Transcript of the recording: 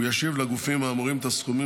הוא ישיב לגופים האמורים את הסכומים